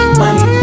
money